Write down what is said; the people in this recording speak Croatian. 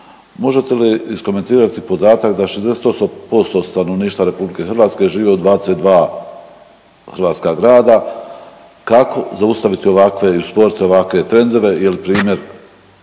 Možete li iskomentirati podatak da 68% stanovništva Republike hrvatske živi od 22 hrvatska grada. Kako zaustaviti ovakve i usporiti ovakve trendove,